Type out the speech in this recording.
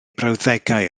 brawddegau